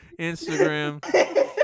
Instagram